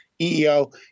EEO